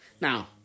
Now